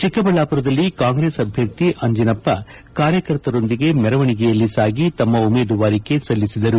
ಚಿಕ್ಕಬಳ್ಳಾಪುರದಲ್ಲಿ ಕಾಂಗ್ರೆಸ್ ಅಭ್ಯರ್ಥಿ ಅಂಜಿನಪ್ಪ ಕಾರ್ಯಕರ್ತರೊಂದಿಗೆ ಮೆರವಣಿಗೆಯಲ್ಲಿ ಸಾಗಿ ತಮ್ಮ ಉಮೇದುವಾರಿಕೆ ಸಲ್ಲಿಸಿದರು